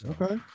Okay